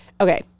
okay